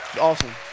Awesome